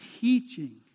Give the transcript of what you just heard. teaching